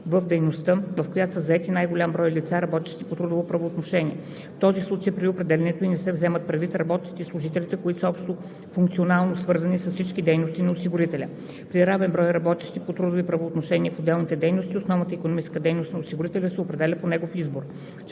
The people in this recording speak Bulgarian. от дейността, в която са заети най-голям брой лица, работещи по трудово правоотношение. В този случай при определянето ѝ не се вземат предвид работниците и служителите, които са общофункционално свързани с всички дейности на осигурителя. При равен брой работещи по трудови правоотношения в отделните дейности основната икономическа дейност на осигурителя се определя по негов избор.